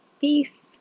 Peace